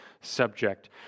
subject